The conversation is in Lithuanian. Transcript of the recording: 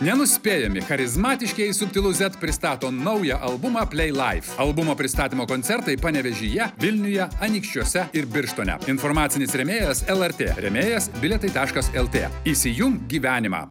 nenuspėjami charizmatiškieji subtilūs zet pristato naują albumą plei laiv albumo pristatymo koncertai panevėžyje vilniuje anykščiuose ir birštone informacinis rėmėjas lrt rėmėjas bilietai taškas lt įsijunk gyvenimą